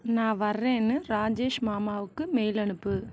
நான் வர்றேன்னு ராஜேஷ் மாமாவுக்கு மெயில் அனுப்பு